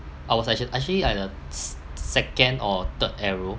I was actual~ actually at the s~ s~ second or third arrow